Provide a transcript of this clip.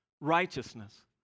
Righteousness